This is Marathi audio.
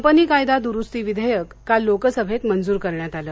कंपनी कायदा द्रुस्ती विधेयक काल लोकसभेत मंजूर करण्यात आलं